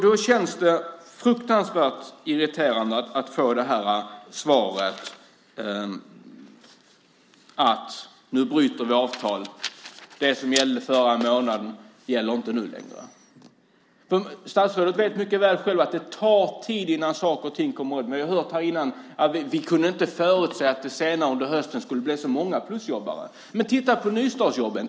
Då känns det fruktansvärt irriterande att få svaret: Nu bryter vi avtalet. Det som gällde förra månaden gäller inte nu längre. Statsrådet vet mycket väl själv att det tar tid innan saker och ting kommer i gång. Vi har ju hört här tidigare att vi inte kunde förutsäga att det senare under hösten skulle bli så många plusjobbare. Men titta på nystartsjobben.